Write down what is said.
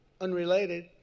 Unrelated